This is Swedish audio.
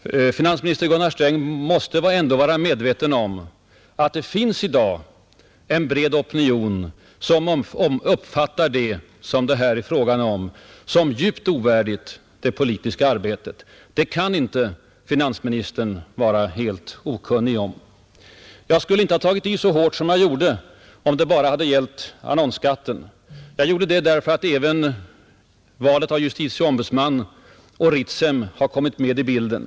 Finansminister Gunnar Sträng måste ju ändå vara medveten om att det i dag finns en bred opinion som uppfattar vad som här skett som djupt ovärdigt det politiska arbetet. Det kan finansministern inte vara okunnig om. Jag skulle inte ha tagit i så hårt som jag gjorde, om det bara hade gällt annonsskatten. Jag gjorde det för att valet av justitieombudsman och Ritsemfrågan också har kommit in i bilden.